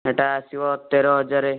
ସେଟା ଆସିବ ତେର ହଜାର